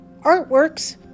artworks